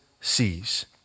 sees